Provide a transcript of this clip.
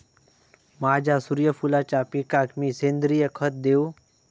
माझ्या सूर्यफुलाच्या पिकाक मी सेंद्रिय खत देवू?